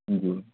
جی